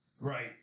Right